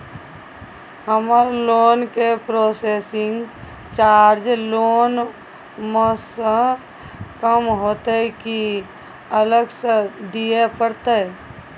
हमर लोन के processing charge loan म स कम होतै की अलग स दिए परतै?